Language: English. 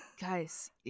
guys